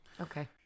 okay